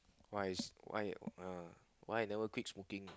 why is why I don't know why I never quit smoking